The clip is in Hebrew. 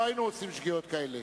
לא היינו עושים שגיאות כאלה.